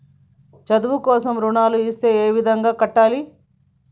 చదువు కోసం రుణాలు ఇస్తే ఏ విధంగా కట్టాలి?